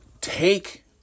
take